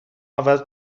عوض